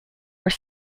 were